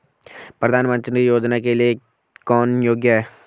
प्रधानमंत्री योजना के लिए कौन योग्य है?